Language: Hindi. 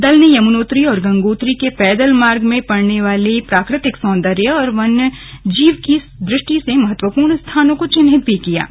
दल ने यमुनोत्री और गंगोत्री के पैदल मार्ग में पड़ने वाले प्राकृतिक सौन्दर्य और वन्य जीवन की दृष्टि से महत्वपूर्ण स्थानों को चिन्हित किया है